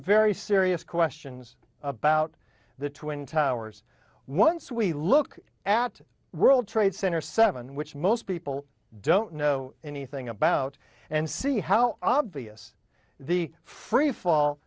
very serious questions about the twin towers once we look at world trade center seven which most people don't know anything about and see how obvious the freefall